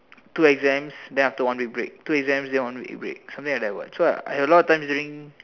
two exams then after one week break two exams then one break something like that what